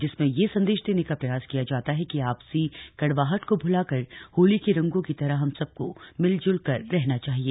जिसमें यह संदेश देने का प्रयास किया जाता है कि आपसी कड़वाहट को भुलाकर होली के रंगों की तरह हम सबको मिलजुल कर रहना चाहिये